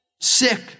sick